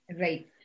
Right